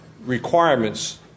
requirements